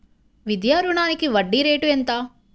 విద్యా రుణానికి వడ్డీ రేటు ఎంత?